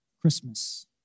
Christmas